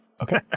okay